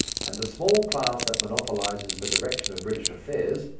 and the small class that monopolizes the direction of british affairs,